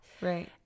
Right